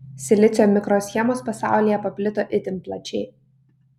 silicio mikroschemos pasaulyje paplito itin plačiai